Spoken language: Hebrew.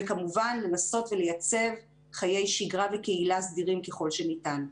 וכמובן לנסות ולייצר חיי שגרה וקהילה סדירים ככל שניתן.